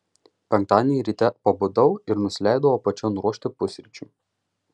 penktadienį ryte pabudau ir nusileidau apačion ruošti pusryčių